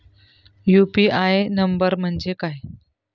UPI number म्हणजे काय?